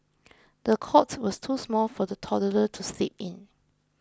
the cot was too small for the toddler to sleep in